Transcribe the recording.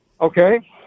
Okay